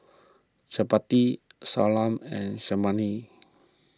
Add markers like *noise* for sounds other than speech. Chapati Salsa and *unintelligible*